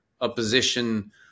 opposition